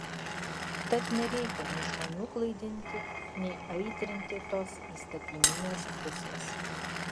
tad nereikia nei žmonių klaidinti nei aitrinti tos įstatyminės pusės